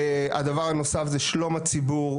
הדבר הנוסף זה שלום הציבור,